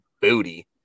booty